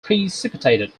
precipitated